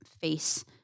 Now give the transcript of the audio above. face